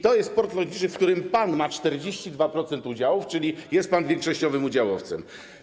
To jest port lotniczy, w którym pan ma 42% udziałów, czyli jest pan większościowym udziałowcem.